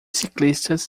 ciclistas